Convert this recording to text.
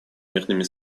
мирными